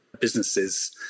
businesses